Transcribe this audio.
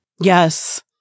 Yes